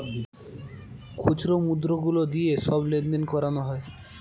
খুচরো মুদ্রা গুলো দিয়ে সব লেনদেন করানো হয়